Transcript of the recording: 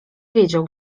wiedział